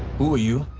who are you?